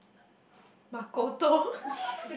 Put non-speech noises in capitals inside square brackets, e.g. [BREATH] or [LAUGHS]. [BREATH] Makoto [LAUGHS]